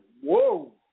whoa